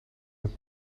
het